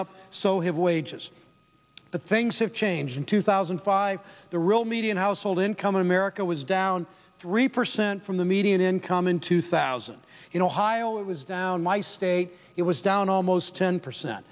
up so have wages that things have changed in two thousand and five the real median household income in america was down three percent from the median income in two thousand in ohio it was down my state it was down almost ten percent